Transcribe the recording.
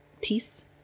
peace